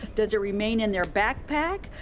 does it remain in their backpack?